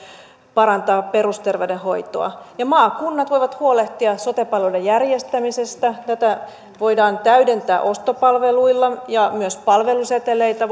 parantaa perusterveydenhoitoa maakunnat voivat huolehtia sote palveluiden järjestämisestä tätä voidaan täydentää ostopalveluilla ja myös palveluseteleitä